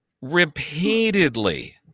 repeatedly